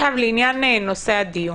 לעניין נושא הדיון,